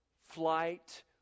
flight